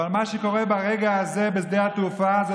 אבל מה שקורה ברגע הזה בשדה התעופה זה